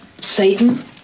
Satan